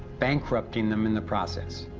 bankrupting them in the process.